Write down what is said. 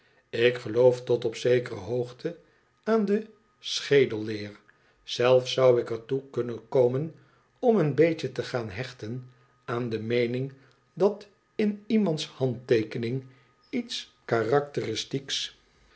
ik geloof tot op zekere hoogte aan de schedelleer zelfs zou ik er toe kunnen komen om een beetje te gaan hechten aan de meening datiniemandshandteekeningietskarakteristiekh zou te